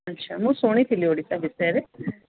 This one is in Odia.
ଆଚ୍ଛା ମୁଁ ଶୁଣିଥିଲି ଓଡ଼ିଶା ବିଷୟରେ